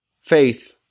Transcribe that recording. faith